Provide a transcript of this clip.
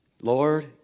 Lord